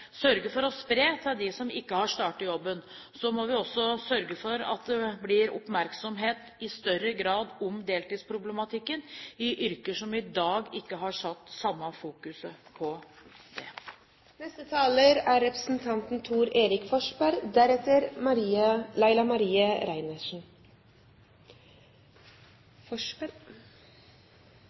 sørge for å spre til dem som ikke har startet jobben. Så må vi også sørge for at det blir oppmerksomhet i større grad om deltidsproblematikken i yrker som i dag ikke har satt samme fokus på